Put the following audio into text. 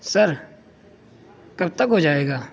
سر کب تک ہو جائے گا